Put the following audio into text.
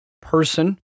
person